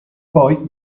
poi